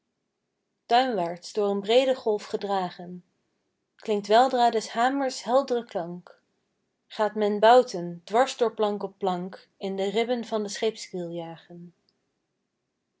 duinwaarts door een breede golf gedragen klinkt weldra des hamers heldre klank gaat men bouten dwars door plank op plank in de ribben van de scheepskiel jagen